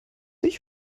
ich